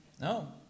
No